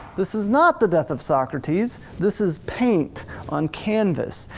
this is not the death of socrates, this is paint on canvas.